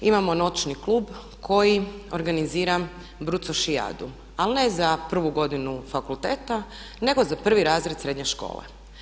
Imamo noćni klub koji organizira brucošijadu, ali ne za prvu godinu fakulteta nego za prvi razred srednje škole.